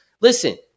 Listen